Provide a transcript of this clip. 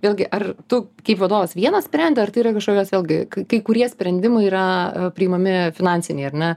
vėlgi ar tu kaip vadovas vienas sprendi ar tai yra kažkokios vėlgi kai kurie sprendimai yra priimami finansiniai ar ne